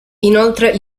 inoltre